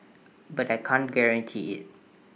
but I can't guarantee IT